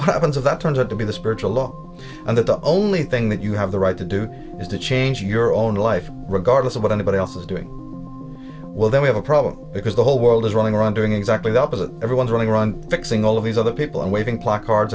happens if that turns out to be the spiritual law and that the only thing that you have the right to do is to change your own life regardless of what anybody else is doing well then we have a problem because the whole world is running around doing exactly the opposite everyone's running run fixing all of these other people and waving placards